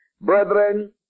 Brethren